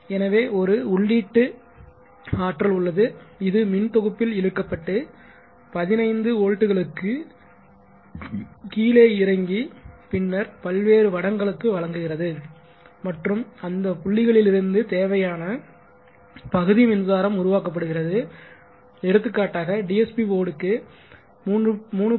எனவே ஒரு உள்ளீட்டு ஆற்றல் உள்ளது இது மின் தொகுப்பில் இழுக்கப்பட்டு 15 வோல்ட்டுகளுக்கு கீழே இறங்கி பின்னர் பல்வேறு வடங்களுக்கு வழங்குகிறது மற்றும் அந்த புள்ளிகளிலிருந்து தேவையான பகுதி மின்சாரம் உருவாக்கப்படுகிறது எடுத்துக்காட்டாக டிஎஸ்பி போர்டுக்கு 3